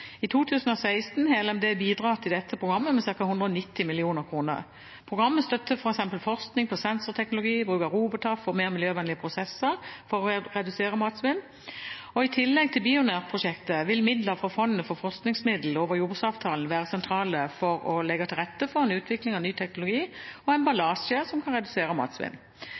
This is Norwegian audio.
I 2016 har Landbruks- og matdepartementet bidratt til dette programmet med ca. 190 mill. kr. Programmet støtter f.eks. forsking på sensorteknologi og bruk av roboter for mer miljøvennlige prosesser for å redusere matsvinn. I tillegg til BIONÆR-prosjektet vil midler fra fondet for forskningsmidler over jordbruksavtalen være sentralt for å legge til rette for utvikling av ny teknologi og emballasje som kan redusere matsvinn.